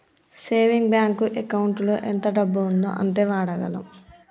saving bank ఎకౌంటులో ఎంత డబ్బు ఉందో అంతే వాడగలం